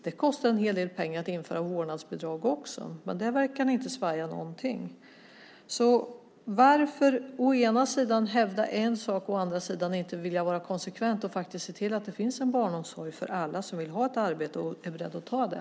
Det kostar en hel del pengar att införa vårdnadsbidrag också, men där verkar ni inte svaja någonting. Varför å ena sidan hävda en sak och å andra sidan inte vara konsekvent och faktiskt se till att det finns en barnomsorg för alla som vill ha ett arbete och är beredda att ta det?